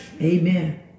Amen